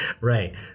Right